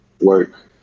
work